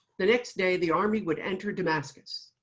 the next day, the army would enter damascus.